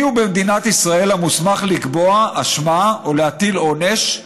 מיהו במדינת ישראל המוסמך לקבוע אשמה או להטיל עונש,